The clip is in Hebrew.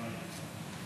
בעד, שישה, אין מתנגדים,